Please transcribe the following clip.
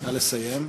נא לסיים.